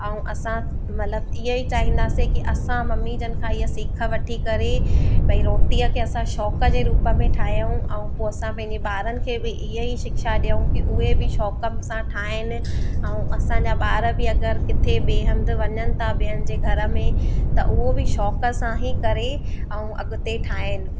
ऐं असां मतिलब ईअं ई चाहिंदासीं की असां मम्मी जन खां ईअं सिख वठी करे भाई रोटीअ खे असां शौंकु जे रूप में ठाहियूं ऐं पोइ असां पंहिंजे ॿारनि खे बि ईअं ई शिक्षा ॾियूं की उहे बि शौंकु सां ठाहिनि ऐं असांजा ॿार बि अगरि किथे ॿिए हंधि वञनि था ॿियनि जे घर में त उहो बि शौंकु सां ई करे ऐं अॻिते ठाहिनि